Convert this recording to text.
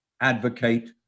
advocate